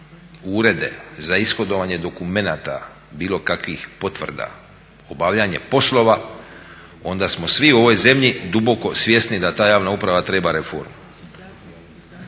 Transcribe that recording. urede za ishodovanje dokumenata bilo kakvih potvrda, obavljanje poslova, onda smo svi u ovoj zemlji duboko svjesni da ta javna uprava treba reformu.